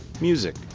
music